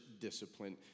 discipline